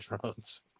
drones